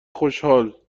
خوشحال